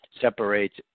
separates